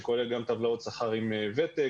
שכולל גם טבלאות שכר עם ותק,